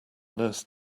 nurse